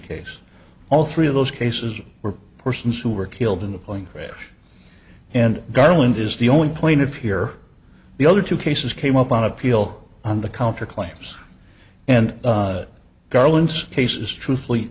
case all three of those cases were persons who were killed in the plane crash and garland is the only point of here the other two cases came up on appeal on the counterclaims and garlands case is truthfully